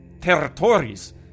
territories